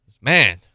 Man